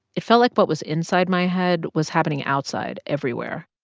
it felt like what was inside my head was happening outside everywhere.